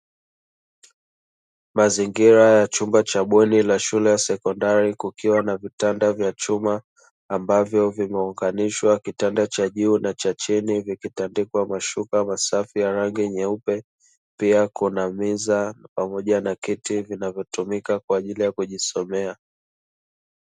Mazingira ya chumba cha bweni la shule ya sekondari, kukiwa na vitanda vya chuma ambavyo vimeunganishwa (kitanda cha juu na cha chini), vikitandikwa mashuka masafi ya rangi nyeupe, pia kuna meza pamoja na kiti vinavyotumika kwa ajili ya kujisomea.